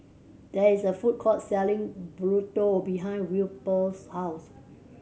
there is a food court selling Burrito behind Wilbur's house